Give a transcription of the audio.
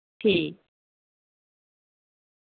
ठीक